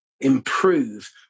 Improve